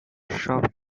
shop